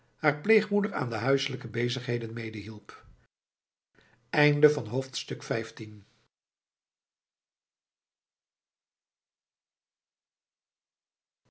hare pleegmoeder aan de huiselijke bezigheden medehielp